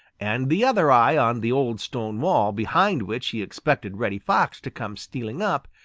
and the other eye on the old stone wall behind which he expected reddy fox to come stealing up,